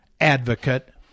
advocate